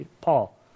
Paul